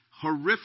horrific